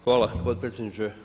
Hvala potpredsjedniče.